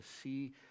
see